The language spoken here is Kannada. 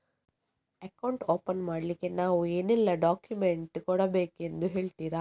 ಅಕೌಂಟ್ ಓಪನ್ ಮಾಡ್ಲಿಕ್ಕೆ ನಾವು ಏನೆಲ್ಲ ಡಾಕ್ಯುಮೆಂಟ್ ಕೊಡಬೇಕೆಂದು ಹೇಳ್ತಿರಾ?